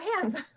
hands